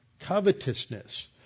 covetousness